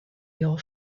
your